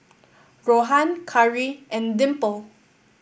Rohan Karri and Dimple